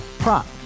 Prop